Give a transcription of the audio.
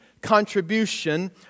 contribution